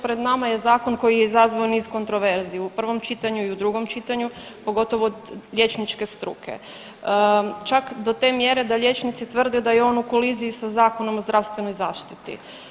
Pred nama je zakon koji je izazvao niz kontroverzi i u prvom čitanju i u drugom čitanju, pogotovo liječničke struke, čak do te mjere da liječnici tvrde da je on u koliziji sa Zakonom o zdravstvenoj zaštiti.